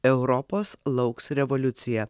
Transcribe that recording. europos lauks revoliucija